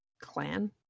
clan